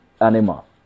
animal